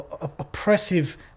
oppressive